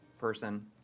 person